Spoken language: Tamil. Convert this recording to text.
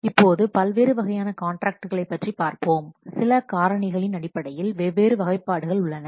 இப்போது பல்வேறு வகையான காண்ட்ராக்ட்களை பற்றி பார்ப்போம் சில காரணிகளின் அடிப்படையில் வெவ்வேறு வகைப்பாடுகள் உள்ளன